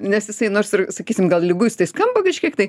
nes jisai nors ir sakysim gal liguistai skamba kažkiek tai